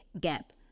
gap